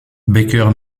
baker